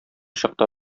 чакта